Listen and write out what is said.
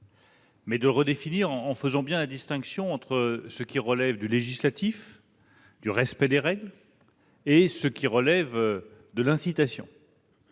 de le redéfinir, mais en faisant bien la distinction entre ce qui relève du législatif, du respect des règles, et ce qui relève de l'incitation.